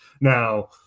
Now